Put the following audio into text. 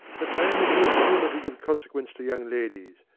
but i am in no humour to give consequence to young ladies.